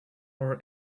our